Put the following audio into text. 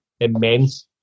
immense